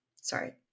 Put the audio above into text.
Sorry